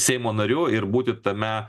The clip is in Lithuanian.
seimo nariu ir būti tame